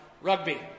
rugby